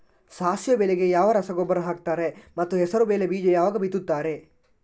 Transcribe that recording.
ಸಾಸಿವೆ ಬೆಳೆಗೆ ಯಾವ ರಸಗೊಬ್ಬರ ಹಾಕ್ತಾರೆ ಮತ್ತು ಹೆಸರುಬೇಳೆ ಬೀಜ ಯಾವಾಗ ಬಿತ್ತುತ್ತಾರೆ?